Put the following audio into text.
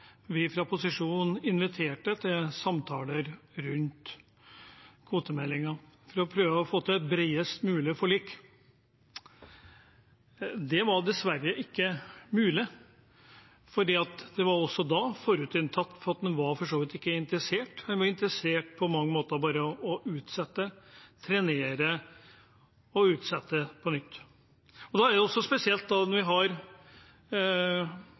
vi fra posisjonen inviterte til samtaler rundt kvotemeldingen for å prøve å få til et bredest mulig forlik. Det var dessverre ikke mulig, for en var også da forutinntatt, en var for så vidt ikke interessert. En var på mange måter bare interessert i å utsette, trenere og utsette på nytt. Det er også spesielt